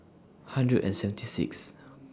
hundred and seventy six